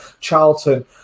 Charlton